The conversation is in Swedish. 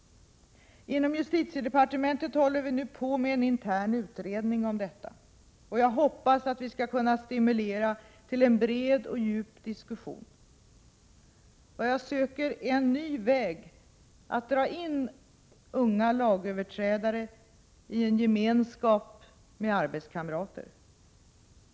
Inom justitiedepartementet håller vi nu på med en intern utredning om detta. Jag hoppas vi skall kunna stimulera till en bred och djup diskussion. Vad jag söker är en ny väg att dra in unga lagöverträdare i en gemenskap med arbetskamrater.